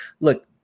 look